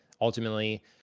ultimately